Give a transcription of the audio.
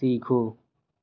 सीखो